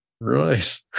Right